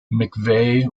mcveigh